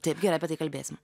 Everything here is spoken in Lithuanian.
taip gerai apie tai kalbėsim